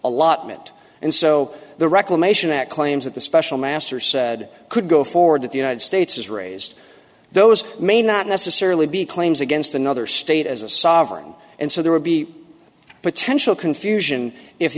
allotment and so the reclamation that claims that the special master said could go forward that the united states is raised those may not necessarily be claims against another state as a sovereign and so there would be potential confusion if the